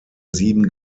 sieben